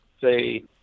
say